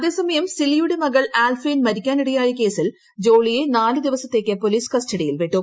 അതേസമയം സിലിയുടെ മകൾ ആൽഫൈൻ മരിക്കാനിടയായ കേസിൽ ജോളിയെ നാലു ദിവസത്തേക്ക് പോലീസ് കസ്റ്റഡിയിൽ വിട്ടു